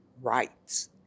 rights